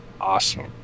awesome